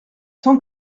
tant